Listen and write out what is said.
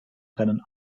rennen